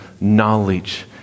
knowledge